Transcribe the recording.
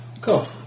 Cool